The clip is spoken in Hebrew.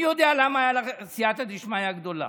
אני יודע למה הייתה לך סייעתא דשמיא גדולה: